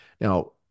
Now